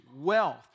wealth